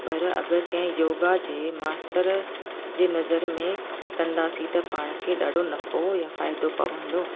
पर अगरि कंहिं योगा जे मास्तर जे नज़र में कंदासीं त पाण खे ॾाढो नफ़ो या फ़ाइदो पवंदो